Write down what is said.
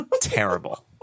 Terrible